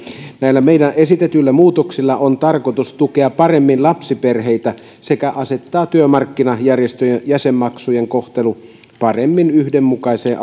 näillä meidän esittämillämme muutoksilla on tarkoitus tukea paremmin lapsiperheitä sekä asettaa työmarkkinajärjestöjen jäsenmaksujen kohtelu paremmin yhdenmukaiseen